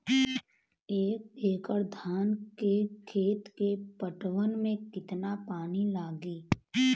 एक एकड़ धान के खेत के पटवन मे कितना पानी लागि?